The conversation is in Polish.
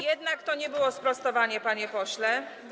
Jednak to nie było sprostowanie, panie pośle.